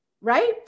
right